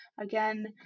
again